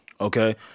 okay